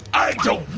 i don't